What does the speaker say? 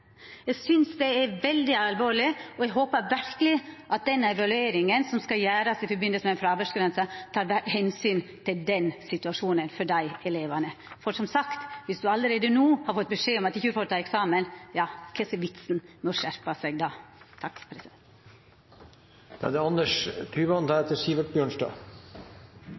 eg er veldig alvorleg, og eg håpar verkeleg at evalueringa som skal gjerast i forbindelse med fråværsgrensa tek omsyn til den situasjonen for desse elevane. For som sagt, viss du allereie no har fått beskjed om at du ikkje får ta eksamen, kva er vitsen med å skjerpa seg